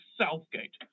Southgate